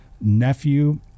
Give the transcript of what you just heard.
nephew